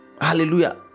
hallelujah